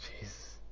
Jeez